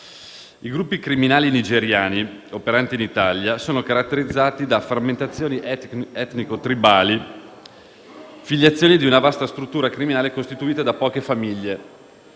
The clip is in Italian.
i gruppi criminali nigeriani operanti in Italia sono caratterizzati da frammentazioni etnico-tribali, filiazioni di una vasta struttura criminale costituita da poche famiglie,